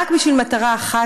רק בשביל מטרה אחת,